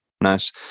Nice